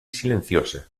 silenciosa